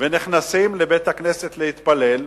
ונכנסים לבית-הכנסת להתפלל,